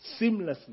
seamlessly